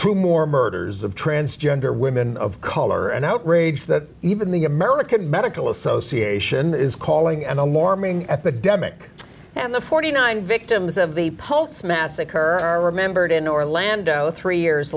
two more murders of transgender women of color and outrage that even the american medical association is calling and a mormon epidemic and the forty nine victims of the pulse massacre are remembered in orlando three years